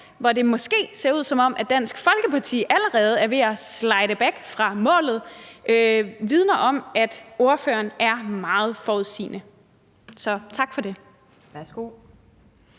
hvor det måske ser ud, som om Dansk Folkeparti allerede er ved at slide back fra målet, vidner om, at ordføreren er meget forudsigende – så tak for det. Kl.